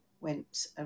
went